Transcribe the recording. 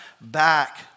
back